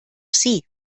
sie